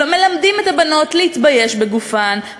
מלמדים את הבנות להתבייש בגופן,